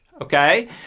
okay